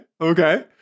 Okay